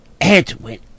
Edwin